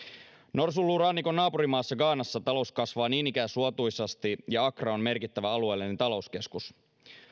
norsunluurannikon naapurimaassa ghanassa talous kasvaa niin ikään suotuisasti ja accra on merkittävä alueellinen talouskeskus